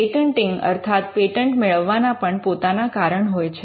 patenting અર્થાત patent મેળવવાના પણ પોતાના કારણ હોય છે